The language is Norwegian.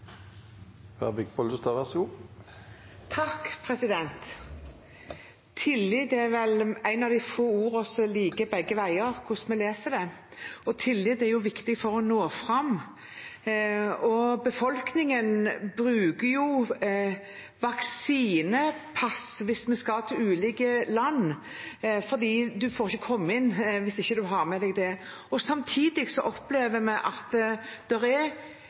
vel et av de få ordene som er likt begge veier når vi leser det. Og tillit er viktig for å nå fram. Befolkningen bruker vaksinepass hvis man skal til ulike land, for man får ikke komme inn hvis man ikke har det med seg. Samtidig opplever vi at det er kritiske røster til et sertifikat i vårt eget land. Så mitt spørsmål er: Hvordan tenker statsråden at